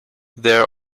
there